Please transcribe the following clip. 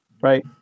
Right